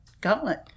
gauntlet